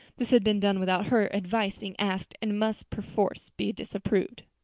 this had been done without her advice being asked, and must perforce be disapproved.